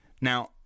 Now